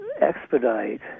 expedite